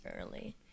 early